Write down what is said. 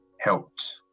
helped